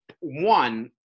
one